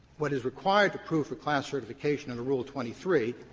what is required to prove for class certification under rule twenty three,